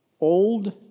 old